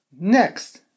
Next